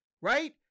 right